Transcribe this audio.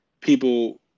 people